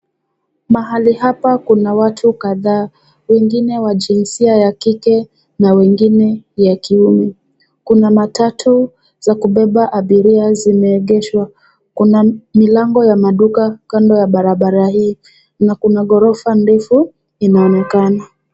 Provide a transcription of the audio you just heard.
Mahali hapa kuna watu kadhaa wengine wa jinsia ya kike na wengine ya kiume. Kuna matatu za kubeba abiria zimeegeshwa. Kuna milango ya maduka kando ya barabara hii na kuna ghorofa ndefu inaonekana.